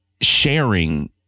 sharing